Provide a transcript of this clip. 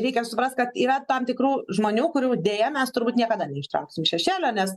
reikia suprast kad yra tam tikrų žmonių kurių deja mes turbūt niekada neištrauksim iš šešėlio nes